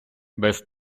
без